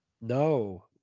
No